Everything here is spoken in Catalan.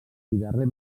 darrer